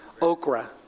okra